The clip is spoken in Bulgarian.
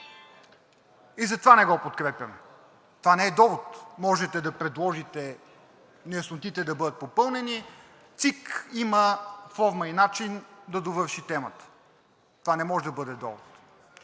и затова не го подкрепяме. Това не е довод. Можете да предложите неяснотите да бъдат попълнени. ЦИК има форма и начин да довърши темата. Това не може да бъде довод.